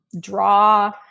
draw